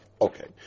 Okay